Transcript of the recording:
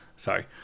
Sorry